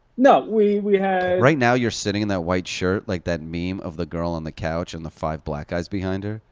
we we had right now, you're sitting in that white shirt like that meme of the girl on the couch and the five black guys behind her.